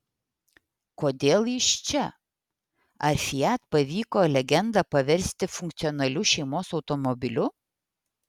kodėl jis čia ar fiat pavyko legendą paversti funkcionaliu šeimos automobiliu